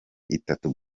itatu